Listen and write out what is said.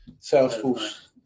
Salesforce